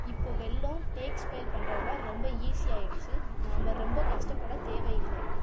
இப்போவெல்லாம் tax file பண்ணுறதுலாம் ரொம்ப ஈஸி ஆகிடுச்சு நாம் ரொம்ப கஷ்டப்பட தேவையில்ல